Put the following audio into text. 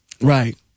Right